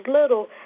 little